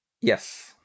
Yes